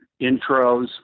intros